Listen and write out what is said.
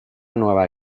nueva